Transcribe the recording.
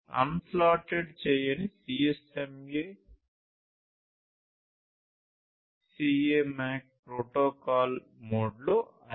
unslotted చేయని CSMA CA MAC protocol మోడ్లో IEEE 802